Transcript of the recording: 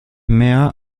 mehr